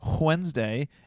Wednesday